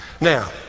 Now